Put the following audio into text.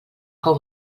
cou